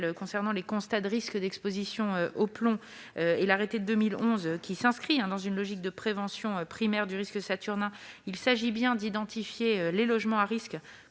concernant les constats de risque d'exposition au plomb, l'arrêté du 19 août 2011 s'inscrit dans une logique de prévention primaire du risque saturnin : il s'agit bien d'identifier les logements à risque pour